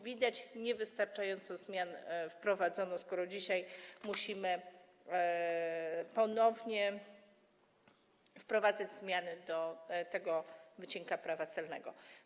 Widać niewystarczająco wiele zmian zostało wprowadzonych, skoro dzisiaj musimy ponownie wprowadzać zmiany do tego wycinka Prawa celnego.